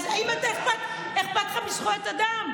אם אכפת לך מזכויות אדם,